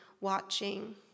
watching